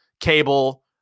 Cable